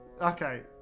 Okay